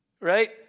Right